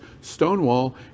Stonewall